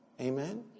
Amen